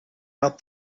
out